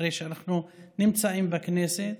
אחרי שאנחנו נמצאים בכנסת,